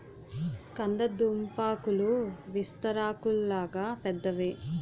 కంద దుంపాకులు విస్తరాకుల్లాగా పెద్దవి